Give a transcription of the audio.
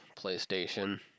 PlayStation